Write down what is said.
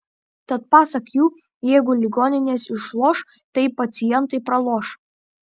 tad pasak jų jeigu ligoninės išloš tai pacientai praloš